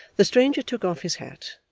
the stranger took off his hat,